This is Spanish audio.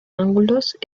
ángulos